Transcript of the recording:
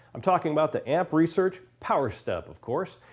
i'm talking about the amp research power step of course.